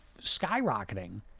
skyrocketing